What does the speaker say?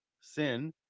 Sin